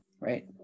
right